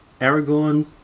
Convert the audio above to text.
Aragorn